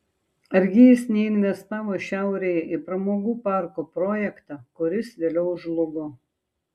argi jis neinvestavo šiaurėje į pramogų parko projektą kuris vėliau žlugo